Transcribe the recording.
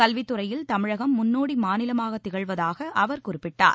கல்வித்துறையில் தமிழகம் முன்னோடி மாநிலமாக திகழ்வதாக அவர் குறிப்பிட்டார்